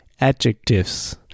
adjectives